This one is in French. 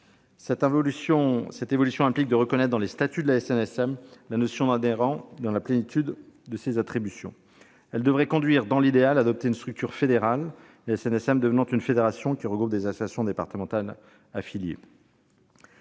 Cette évolution implique de reconnaître dans les statuts de la SNSM la notion d'adhérent dans la plénitude de ses attributions. Elle devrait conduire, dans l'idéal, à adopter une structure fédérale- la SNSM deviendrait ainsi une fédération regroupant des associations départementales affiliées.